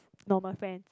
normal friend